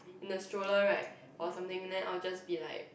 in the stroller right or something then I'll just be like